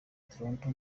toronto